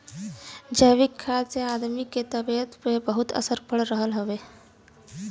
जैविक खाद से आदमी के तबियत पे बहुते असर पड़ रहल हउवे